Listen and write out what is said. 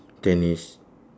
tennis